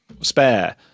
spare